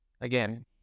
again